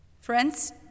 Friends